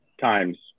times